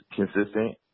consistent